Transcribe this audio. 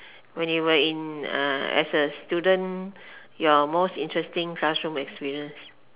when you were in uh as a student your most interesting classroom experience